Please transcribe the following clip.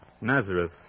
Nazareth